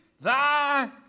thy